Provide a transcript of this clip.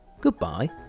goodbye